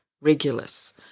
Regulus